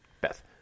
Beth